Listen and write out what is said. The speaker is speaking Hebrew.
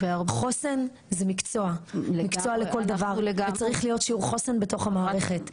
חוסן זה מקצוע לכל דבר וצריך להיות שיעור חוסן בתוך המערכת.